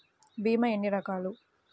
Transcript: భీమ ఎన్ని రకాలు?